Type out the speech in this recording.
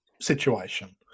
situation